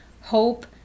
hope